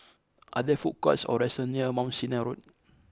are there food courts or restaurants near Mount Sinai Road